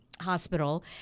hospital